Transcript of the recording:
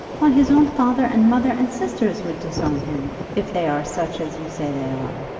why, his own father and mother and sisters would disown him, if they are such as you say they are.